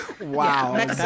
Wow